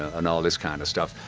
ah and all this kind of stuff,